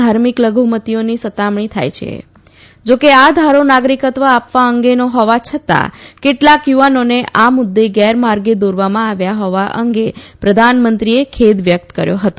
ધાર્મિક લધુમતીઓની સતામણી થાય છે જોકે આ ધારો નાગરિકત્વ આપવા અંગેનો હોવા છતાં કેટલાક યુવાનોને આ મુદ્દે ગેરમાર્ગે દોરવામાં આવ્યા હોવા અંગે પ્રધાનમંત્રીએ ખેદ વ્યક્ત કર્યો હતો